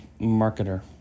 marketer